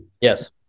Yes